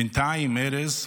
בינתיים, ארז,